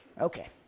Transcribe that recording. Okay